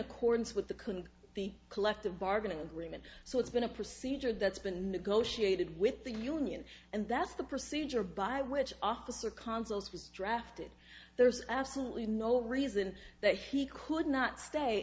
couldn't the collective bargaining agreement so it's been a procedure that's been negotiated with the union and that's the procedure by which officer consuls was drafted there's absolutely no reason that he could not stay